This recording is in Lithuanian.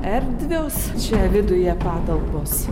erdvios čia viduje patalpos